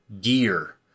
gear